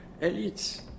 elites